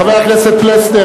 חבר הכנסת פלסנר,